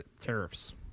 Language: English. tariffs